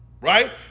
Right